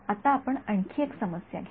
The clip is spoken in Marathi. आता आपण आणखी एक समस्या घेऊ